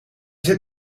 zit